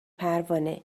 پروانه